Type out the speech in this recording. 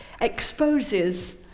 exposes